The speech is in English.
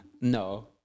No